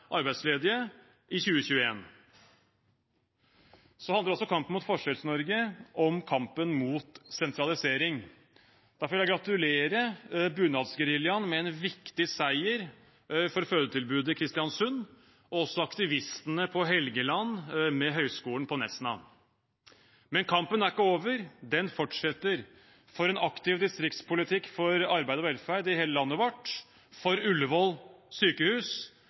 arbeidsledige i 2021? Så handler også kampen mot Forskjells-Norge om kampen mot sentralisering. Derfor vil jeg gratulere Bunadsgeriljaen med en viktig seier for fødetilbudet i Kristiansund, og også aktivistene på Helgeland med Høgskolen i Nesna. Men kampen er ikke over, den fortsetter for en aktiv distriktspolitikk for arbeid og velferd i hele landet vårt, for Ullevål sykehus